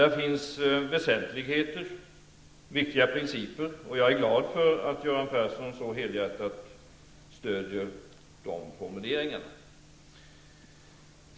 Där fanns ändå väsentligheter och viktiga principer. Jag är glad för att Göran Persson så helhjärtat stödjer formuleringarna där.